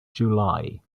july